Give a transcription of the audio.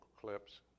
clips